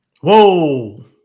Whoa